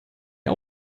mir